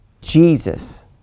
Jesus